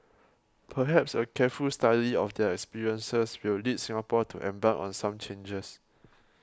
perhaps a careful study of their experiences will lead Singapore to embark on some changes